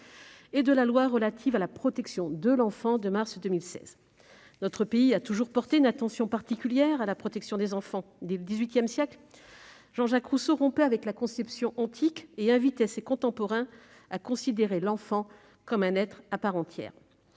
du 14 mars 2016 relative à la protection de l'enfant. Notre pays a toujours porté une attention particulière à la protection des enfants. Dès le XVIII siècle, Jean-Jacques Rousseau rompait avec la conception antique de l'enfance et invitait ses contemporains à considérer l'enfant comme un être à part entière.